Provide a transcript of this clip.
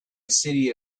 city